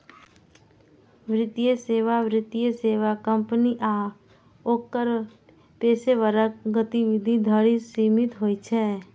वित्तीय सेवा वित्तीय सेवा कंपनी आ ओकर पेशेवरक गतिविधि धरि सीमित होइ छै